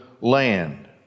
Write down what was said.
land